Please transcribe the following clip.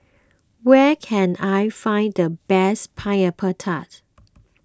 where can I find the best Pineapple Tart